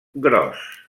gros